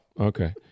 okay